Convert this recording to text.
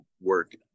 work